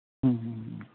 ᱦᱩᱸ ᱦᱩᱸ ᱦᱩᱸ